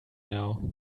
now